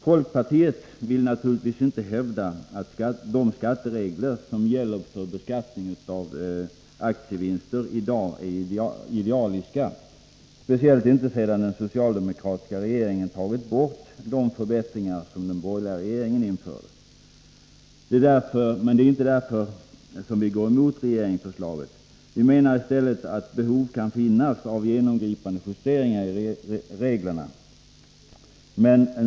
Folkpartiet vill naturligtvis inte hävda att de skatteregler som gäller för beskattning av aktievinster i dag är idealiska, speciellt inte sedan den socialdemokratiska regeringen tagit bort de förbättringar den borgerliga regeringen införde. Det är inte därför vi går emot regeringsförslaget. Vi menar i stället att behov finns av genomgripande justeringar i reglerna.